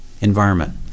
environment